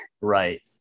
right